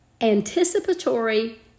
anticipatory